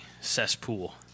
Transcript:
cesspool